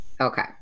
Okay